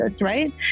right